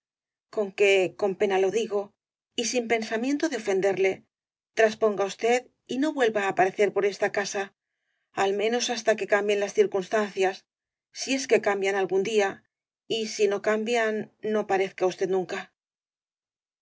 con que con pena lo digo y sin pensamiento de ofenderle trasponga usted y no vuelva á parecer por esta casa al menos hasta que cambien las circunstan cias si es que cambian algún día y si no cambian no parezca usted nunca